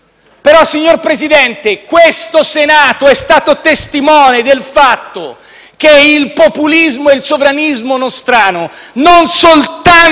Però, signor Presidente, il Senato è stato testimone del fatto che il populismo e il sovranismo nostrani non soltanto